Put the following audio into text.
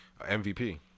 MVP